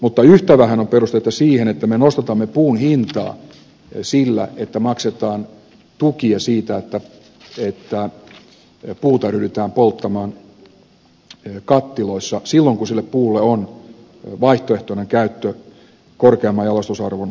mutta yhtä vähän on perusteita siihen että me nostatamme puun hintaa sillä että maksetaan tukia siitä että puuta ryhdytään polttamaan kattiloissa silloin kun sille puulle on vaihtoehtoinen käyttö korkeamman jalostusarvon tuotannossa